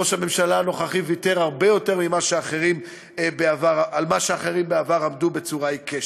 ראש הממשלה נוכחי ויתר הרבה יותר ממה שאחרים בעבר עמדו בצורה עיקשת.